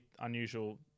unusual